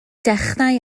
dechrau